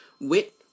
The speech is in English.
wit